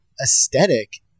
aesthetic